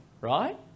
right